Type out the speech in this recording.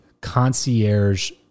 concierge